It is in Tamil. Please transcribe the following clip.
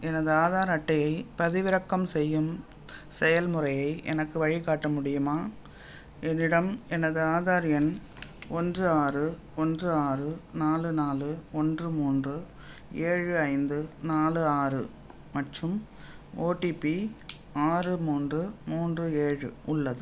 எனது ஆதார் அட்டையைப் பதிவிறக்கம் செய்யும் செயல்முறையை எனக்கு வழிகாட்ட முடியுமா என்னிடம் எனது ஆதார் எண் ஒன்று ஆறு ஒன்று ஆறு நாலு நாலு ஒன்று மூன்று ஏழு ஐந்து நாலு ஆறு மற்றும் ஓடிபி ஆறு மூன்று மூன்று ஏழு உள்ளது